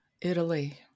Italy